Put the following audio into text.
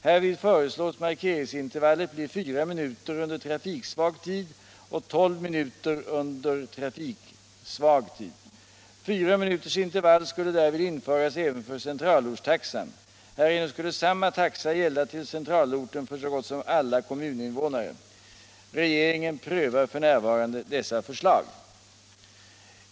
Härvid föreslås markeringsintervallet bli 4 minuter under trafikstark tid och 12 minuter under trafiksvag tid. 4 minuters intervall skulle därvid införas även för centralortstaxan. Härigenom skulle samma taxa gälla till centralorten för så gott som alla kommuninvånare. Regeringen prövar f.n. dessa förslag.